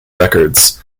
records